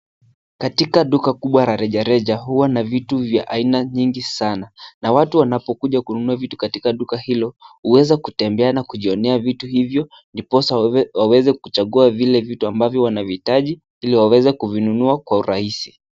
Katika duka kubwa la rejareja huwa na vitu vya aina nyingi sana na watu wanapokuja kununua vitu katika duka hilo huweza kutembea na kujionea vitu hivyo ndiposa waweze kuchagua vile vitu ambavyo wanavihitaji ili waweze kuvinunua kwa urahisi.